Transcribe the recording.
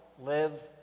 live